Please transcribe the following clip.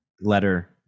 letter